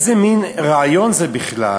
איזה מין רעיון זה בכלל,